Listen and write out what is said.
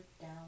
down